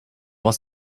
was